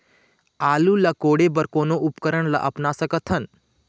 आलू ला कोड़े बर कोन उपकरण ला अपना सकथन?